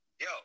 Yo